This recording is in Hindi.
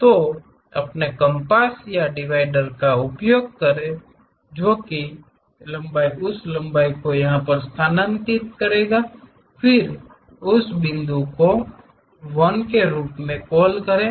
तो अपने कंपास या डिवाइडर का उपयोग करें जो कि लंबाई उस लंबाई को यहां स्थानांतरित करता है फिर उस बिंदु को 1 के रूप में कॉल करें